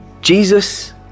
Jesus